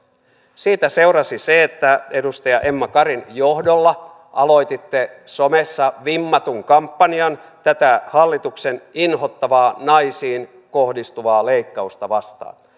siitä seurasi se että edustaja emma karin johdolla aloititte somessa vimmatun kampanjan tätä hallituksen inhottavaa naisiin kohdistuvaa leikkausta vastaan